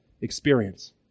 experience